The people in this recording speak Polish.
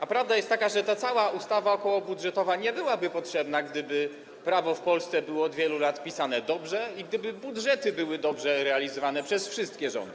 A prawda jest taka, że ta cała ustawa okołobudżetowa nie byłaby potrzebna, gdyby prawo w Polsce było od wielu lat pisane dobrze i gdyby budżety były dobrze realizowane przez wszystkie rządy.